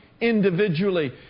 individually